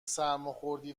سرماخوردی